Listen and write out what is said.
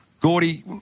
Gordy